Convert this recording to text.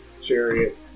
chariot